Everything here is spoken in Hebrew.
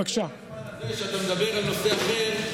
בפרק הזמן הזה שבו אתה מדבר על נושא אחר,